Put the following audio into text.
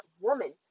woman